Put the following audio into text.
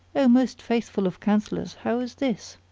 o most faithful of counsellors, how is this?